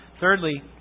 Thirdly